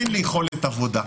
אין לי יכולת עבודה.